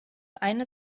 eine